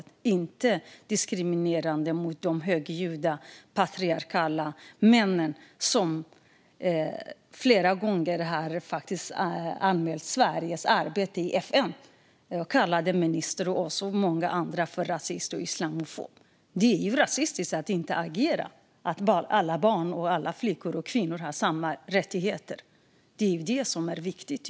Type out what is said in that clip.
Det är inte diskriminerande mot de högljudda patriarkala männen, som flera gånger har anmält Sveriges arbete i FN och kallat ministern och många andra för rasister och islamofober. Det är rasistiskt att inte agera. Att alla barn och flickor och kvinnor har samma rättigheter är det som är viktigt.